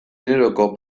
generoko